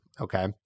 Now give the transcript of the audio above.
Okay